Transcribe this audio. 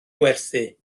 werthu